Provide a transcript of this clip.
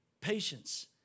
patience